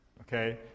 okay